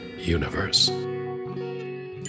universe